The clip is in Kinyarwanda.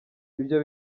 ibyo